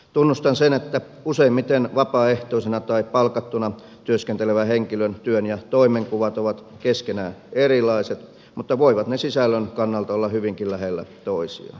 tunnustan sen että useimmiten vapaaehtoisena ja palkattuna työskentelevien henkilöiden työn ja toimenkuvat ovat keskenään erilaiset mutta voivat ne sisällön kannalta olla hyvinkin lähellä toisiaan